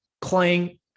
clang